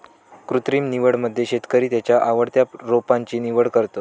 कृत्रिम निवडीमध्ये शेतकरी त्याच्या आवडत्या रोपांची निवड करतो